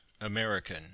American